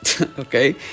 okay